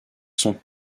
sont